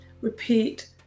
Repeat